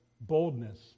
boldness